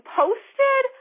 posted